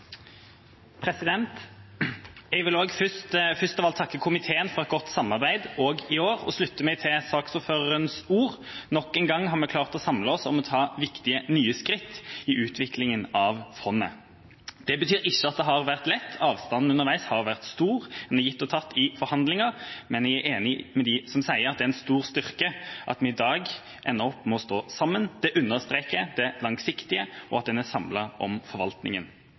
Jeg vil først av alt takke komiteen for et godt samarbeid også i år og slutte meg til saksordførerens ord. Nok en gang har vi klart å samle oss om å ta viktige nye skritt i utviklingen av fondet. Det betyr ikke at det har vært lett. Avstanden underveis har vært stor, det er gitt og tatt i forhandlinger, men jeg er enig med dem som sier at det er en stor styrke at vi i dag ender opp med å stå sammen. Det understreker det langsiktige, og at en er samlet om forvaltningen.